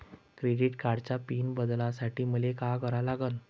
Credit कार्डाचा pin बदलासाठी मले का करा लागन?